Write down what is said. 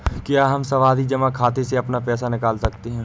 क्या हम सावधि जमा खाते से अपना पैसा निकाल सकते हैं?